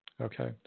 Okay